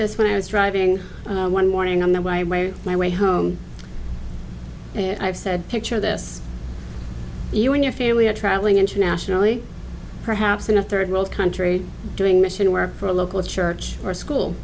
this when i was driving one morning on the way way my way home i've said picture this you and your family are traveling internationally perhaps in a third world country doing mission work for a local church or school